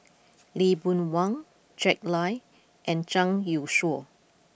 Lee Boon Wang Jack Lai and Zhang Youshuo